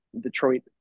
Detroit